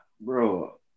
bro